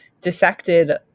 dissected